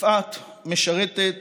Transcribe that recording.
יפעת משרתת